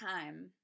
time